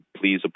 Please